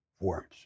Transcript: forms